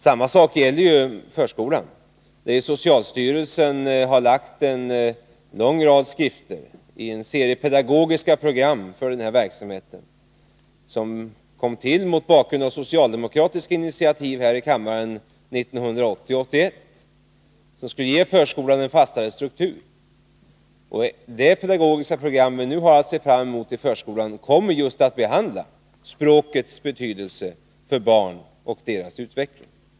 Samma sak gäller förskolan. Socialstyrelsen har framställt en lång rad skrifter i en serie pedagogiska program för den här verksamheten, som kom till mot bakgrund av socialdemokratiska initiativ här i kammaren 1980-1981 i syfte att ge förskolan en fastare struktur. Det pedagogiska program som vi nu har att se fram emot i förskolan kommer just att behandla språkets betydelse för barn och deras utveckling.